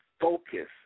focus